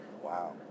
Wow